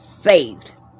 faith